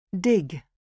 Dig